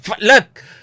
look